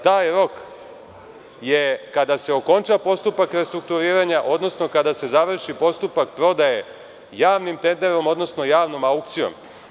Taj rok je kada se okonča postupak restrukturiranja, odnosno kada se završi postupak prodaje javnim tenderom, odnosno javnom aukcijom.